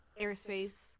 airspace